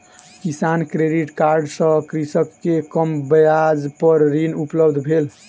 किसान credit card सँ कृषक के कम ब्याज पर ऋण उपलब्ध भेल